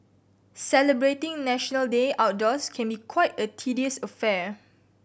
celebrating National Day outdoors can be quite a tedious affair